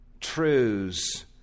truths